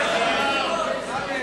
השתתפות בשכר לימוד ללוחמים), התשס"ט